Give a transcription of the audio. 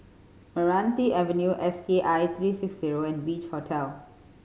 Meranti Avenue S K I three six zero and Beach Hotel